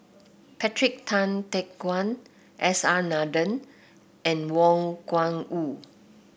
Patrick Tay Teck Guan S R Nathan and Wang Gungwu